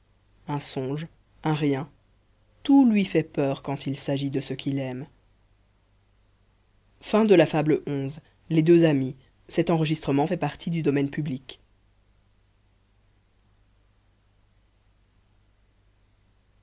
un songe un rien tout lui fait peur quand il s'agit de ce qu'il aime